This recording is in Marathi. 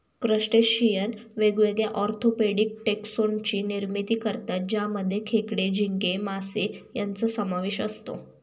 क्रस्टेशियन वेगवेगळ्या ऑर्थोपेडिक टेक्सोन ची निर्मिती करतात ज्यामध्ये खेकडे, झिंगे, मासे यांचा समावेश असतो